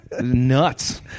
Nuts